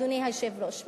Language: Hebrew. אדוני היושב-ראש,